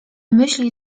myśli